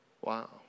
Wow